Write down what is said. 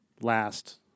last